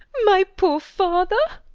my poor father.